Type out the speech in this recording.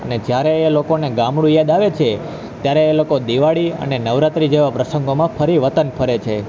અને જ્યારે એ લોકોને ગામડું યાદ આવે છે ત્યારે એ લોકો દિવાળી અને નવરાત્રી જેવા પ્રંસગોમાં ફરી વતન ફરે છે